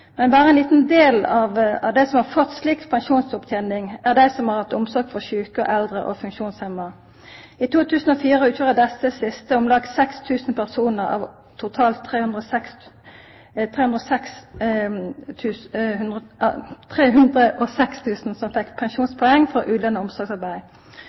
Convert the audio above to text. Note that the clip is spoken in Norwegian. men berre ein liten del av dei som har fått slik pensjonsopptening, er dei som har hatt omsorg for sjuke, eldre og funksjonshemma. I 2004 utgjorde desse siste om lag 6 000 personar av totalt 306 000 som fekk pensjonspoeng for ulønna omsorgsarbeid.